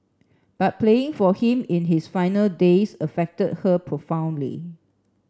but playing for him in his final days affected her profoundly